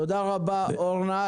תודה רבה, אורנה.